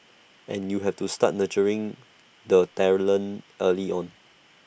and you have to start nurturing the talent early on